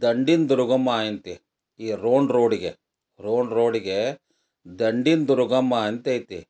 ದಂಡಿನ ದುರ್ಗಮ್ಮ ಐತಿ ಈ ರೋಣ ರೋಡ್ಗೆ ರೋಣ ರೋಡ್ಗೆ ದಂಡಿನ ದುರ್ಗಮ್ಮ ಅಂತ ಐತಿ